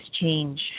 change